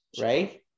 right